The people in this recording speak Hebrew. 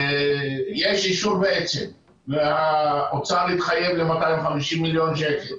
יש אישור בעצם והאוצר התחייב ל-250 מיליון שקל.